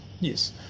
yes